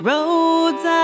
Roads